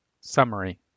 Summary